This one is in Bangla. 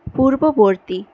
পূর্ববর্তী